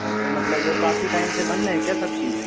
हाँ तो मतलब वो काफी टाइम से बंद हैं क्या सब चीज